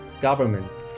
governments